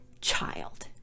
child